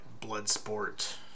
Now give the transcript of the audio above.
Bloodsport